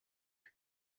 and